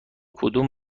کدوم